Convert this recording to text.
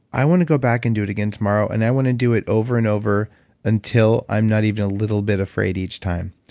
i want to go back and do it again tomorrow and i want to do it over and over until i'm not even a little bit afraid each time.